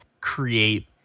create